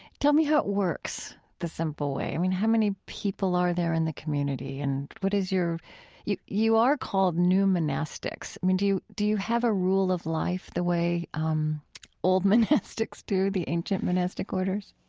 tell me how it works, the simple way. i mean, how many people are there in the community? and what is your you you are called new monastics. i mean, do you, do you have a rule of life the way um old monastics do, the ancient monastic orders?